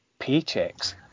paychecks